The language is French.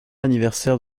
anniversaire